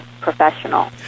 professional